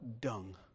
dung